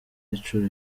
inshuro